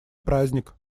праздник